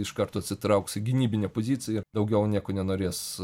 iš karto atsitrauks į gynybinę poziciją ir daugiau nieko nenorės